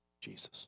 Jesus